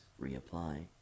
reapply